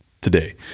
today